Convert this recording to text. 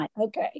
Okay